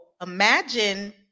imagine